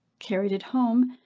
carried it home,